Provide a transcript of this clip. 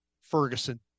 Ferguson